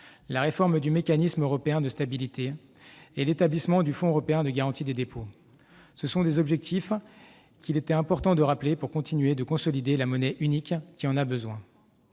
la réforme du mécanisme européen de stabilité et l'établissement du fonds européen de garantie des dépôts. Il était important de rappeler ces objectifs pour continuer de consolider la monnaie unique, qui en a besoin.